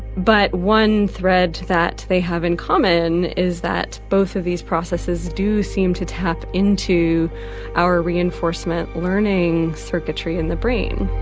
but one thread that they have in common is that both of these processes do seem to tap into our reinforcement learning circuitry in the brain